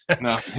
No